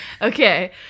Okay